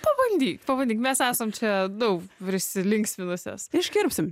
pabandyk pabandyk mes esam čia daug prisilinksminusios iškirpsim